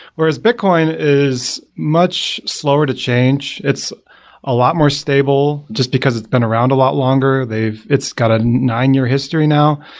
whereas bitcoin, is much slower to change. it's a lot more stable just because it's been around a lot longer. it's got a nine-year history now.